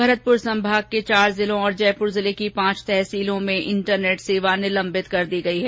भरतपुर संभाग के चार जिलों तथा जयपुर जिले की पांच तहसीलों में इंटरनेट सेवा निलंबित कर दी गई है